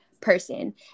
person